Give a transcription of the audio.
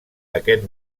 aquest